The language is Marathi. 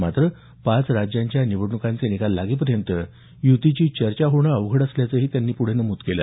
मात्र पाच राज्यांच्या निवडणुकांचे निकाल लागेपर्यंत युतीची चर्चा होणं अवघड असल्याचंही त्यांनी पुढे नमूद केलं